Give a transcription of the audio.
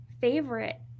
favorite